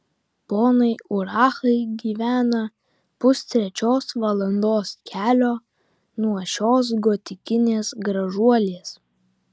ponai urachai gyvena pustrečios valandos kelio nuo šios gotikinės gražuolės